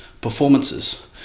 performances